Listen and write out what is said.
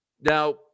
now